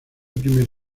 primer